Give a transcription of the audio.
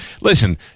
Listen